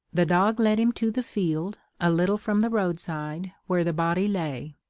the dog led him to the field, a little from the roadside, where the body lay.